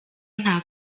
nta